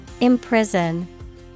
imprison